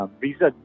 visa